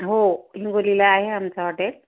हो हिंगोलीला आहे आमचा हॉटेल